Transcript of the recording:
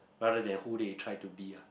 rather then who they try to be ah